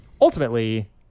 ultimately